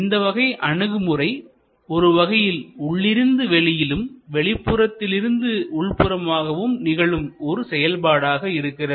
இந்தவகை அணுகுமுறை ஒருவகையில் உள்ளிருந்து வெளியிலும்வெளிப்புறத்திலிருந்து உள்புறமாகவும் நிகழும் ஒரு செயல்பாடாக இருக்கிறது